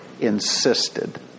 insisted